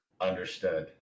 understood